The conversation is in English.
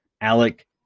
Alec